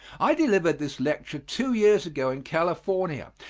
i delivered this lecture two years ago in california,